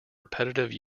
repetitive